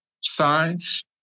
science